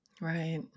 Right